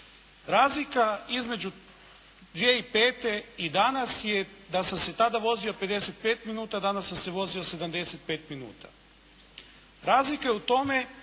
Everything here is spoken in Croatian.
Razlika između 2005. i danas je da sam se tada vozio 55 minuta, danas sam se vozio 75 minuta. Razlika je u tome